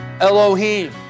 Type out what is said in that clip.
Elohim